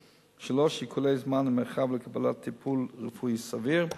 3. שיקולי זמן ומרחב לקבלת טיפול רפואי סביר,